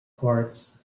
parts